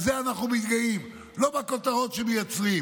בזה אנחנו מתגאים, לא בכותרות שמייצרים.